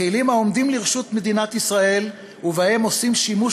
הכלים העומדים לרשות מדינת ישראל ובהם עושים שימוש